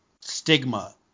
stigma